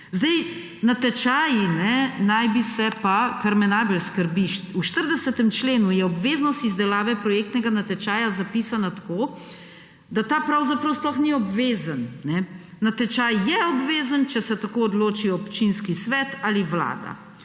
in nejasnih navedb. Kar me najbolj skrbi, v 40. členu je obveznost izdelave projektnega natečaja zapisana tako, da ta pravzaprav sploh ni obvezen. Natečaj je obvezen, če se tako odloči občinski svet ali Vlada.